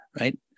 right